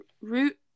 root